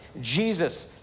Jesus